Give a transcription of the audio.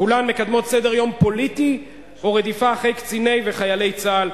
כולן מקדמות סדר-יום פוליטי ורדיפה אחרי קצינים וחיילי צה"ל.